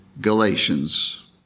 Galatians